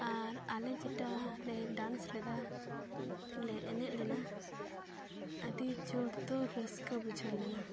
ᱟᱨ ᱟᱞᱮ ᱡᱮᱴᱟᱞᱮ ᱰᱟᱱᱥ ᱞᱮᱫᱟ ᱞᱮ ᱮᱱᱮᱡ ᱞᱮᱱᱟ ᱟᱹᱰᱤ ᱡᱳᱨ ᱫᱚ ᱨᱟᱹᱥᱠᱟᱹ ᱵᱩᱡᱷᱟᱹᱣ ᱞᱮᱱᱟ